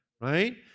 Right